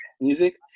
music